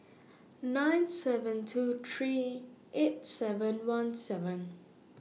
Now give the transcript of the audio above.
nine seven two three eight seven one seven